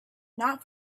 not